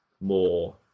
more